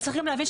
צריך גם להבין,